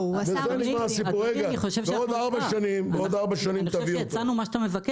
בעוד 4 שנים תביא